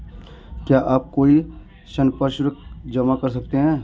क्या आप कोई संपार्श्विक जमा कर सकते हैं?